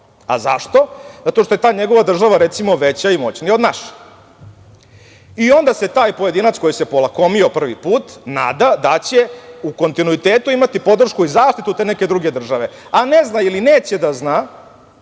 svoje.Zašto? Zato što je ta njegova država, recimo veća i moćnija od naše. Onda se taj pojedinac, koji se polakomio prvi put nada da će u kontinuitetu imati podršku i zaštitu te neke druge države, a ne zna ili neće da zna,